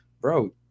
bro